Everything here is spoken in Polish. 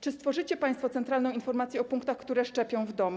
Czy stworzycie państwo centralną informację o punktach, które szczepią w domu?